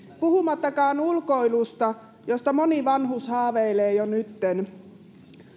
puhumattakaan ulkoilusta josta moni vanhus haaveilee jo nytten